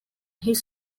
his